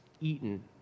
eaten